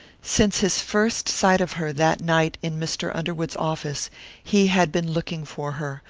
since his first sight of her that night in mr. underwood's office he had been looking for her,